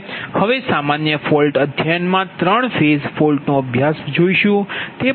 હવે સામાન્ય ફોલ્ટ અધ્યયન મા ત્રણ ફેઝ symmetrical સિમેટ્રિકલ ફોલ્ટ નો અભ્યાસ જોઇશુ